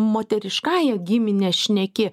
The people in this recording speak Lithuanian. moteriškąja gimine šneki